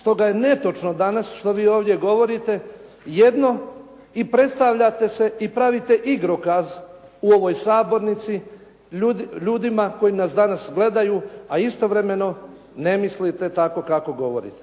Stoga je netočno danas što vi ovdje govorite, jedno i predstavljate se i pravite igrokaz u ovoj sabornici ljudima koji nas danas gledaju, a istovremeno ne mislite tako kako govorite.